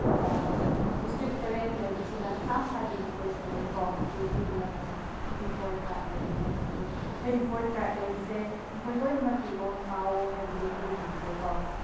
district ꯇꯔꯦꯠ ꯂꯩꯕꯁꯤꯗ ꯃꯁꯥ ꯃꯁꯥꯒꯤ ꯂꯦꯡꯒ꯭ꯋꯦꯖ ꯂꯩꯌꯦꯀꯣ ꯑꯗꯨ ꯄꯨꯜꯂꯒ ꯊꯥꯔꯇꯤ ꯐꯣꯔ ꯇ꯭ꯔꯥꯏꯞ ꯂꯩꯕꯅꯦ ꯑꯗꯨ ꯊꯥꯔꯇꯤ ꯐꯣꯔ ꯇ꯭ꯔꯥꯏꯞ ꯂꯩꯕꯁꯦ ꯃꯈꯣꯏ ꯂꯣꯏꯅꯃꯛꯀꯤ ꯂꯣꯟ ꯇꯥꯎꯋꯣ ꯍꯥꯏꯕꯗꯤ ꯑꯩꯈꯣꯏꯗꯤ ꯉꯝꯗꯦꯀꯣ